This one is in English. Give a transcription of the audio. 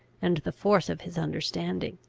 and the force of his understanding.